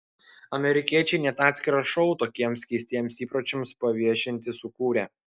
amerikiečiai net atskirą šou tokiems keistiems įpročiams paviešinti sukūrė